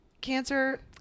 cancer